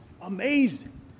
amazing